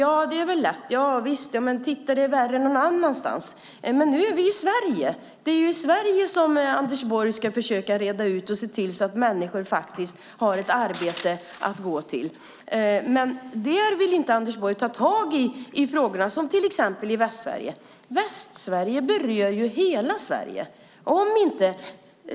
Ja, det är väl lätt. Javisst, titta, det är värre någon annanstans! Men nu är vi i Sverige. Det är Sverige Anders Borg ska försöka reda ut och se till att människor har ett arbete att gå till. Dessa frågor vill han dock inte ta tag i; det gäller exempelvis Västsverige. Västsverige berör hela landet.